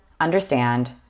understand